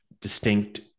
distinct